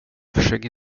försöker